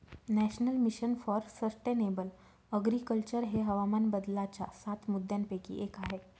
national mission for sustainable agriculture हे हवामान बदलाच्या सात मुद्यांपैकी एक आहे